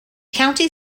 county